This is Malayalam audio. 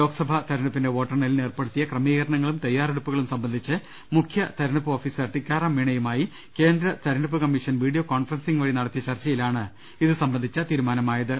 ലോക്സഭാ തെരഞ്ഞെടുപ്പിന്റെ വോട്ടെണ്ണലിന് ഏർപ്പെടുത്തിയ ക്രമീകരണങ്ങളും തയ്യാറെടുപ്പുകളും സംബന്ധിച്ച് മുഖ്യ തെരഞ്ഞെടുപ്പ് ഓഫീസർ ടിക്കാറാം മീണ യു മായി കേന്ദ്ര തെരഞ്ഞെ ടുപ്പ് കമ്മീ ഷൻ വീഡിയോ കോൺഫറൻസിംഗ് വഴി നടത്തിയ ചർച്ചയി ലാണ് ഇത് സംബന്ധിച്ച തീരുമാനമായത്